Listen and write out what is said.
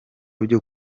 byo